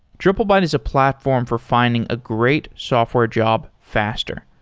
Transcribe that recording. triplebyte is a platform for finding a great software job faster.